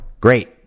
great